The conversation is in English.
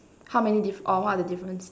how many diff~ or what are the difference